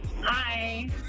Hi